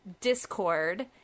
Discord